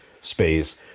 space